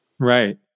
Right